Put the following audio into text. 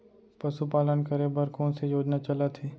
पशुपालन करे बर कोन से योजना चलत हे?